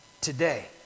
today